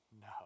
no